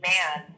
Man